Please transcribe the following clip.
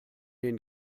den